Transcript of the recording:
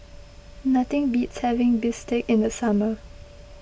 nothing beats having Bistake in the summer